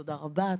תודה רבה,